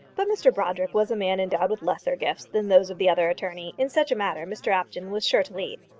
but mr brodrick was a man endowed with lesser gifts than those of the other attorney. in such a matter mr apjohn was sure to lead.